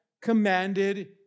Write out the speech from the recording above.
commanded